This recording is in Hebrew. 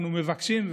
אנחנו מבקשים,